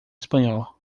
espanhol